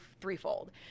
threefold